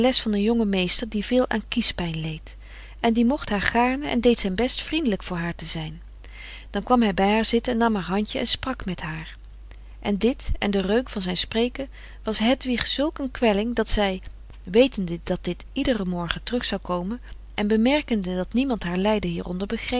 van een jongen meester die frederik van eeden van de koele meren des doods veel aan kiespijn leed en die mocht haar gaarne en deed zijn best vriendelijk voor haar te zijn dan kwam hij bij haar zitten en nam haar handje en sprak met haar en dit en de reuk van zijn spreken was hedwig zulk een kwelling dat zij wetende dat dit iederen morgen terug zou komen en bemerkende dat niemand haar lijden hieronder begreep